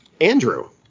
Andrew